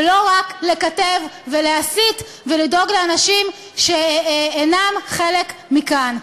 ולא רק לקטב ולהסית ולדאוג לאנשים שאינם חלק מכאן.